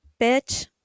bitch